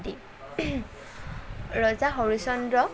আদি ৰজা হৰিচন্দ্ৰ